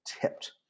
tipped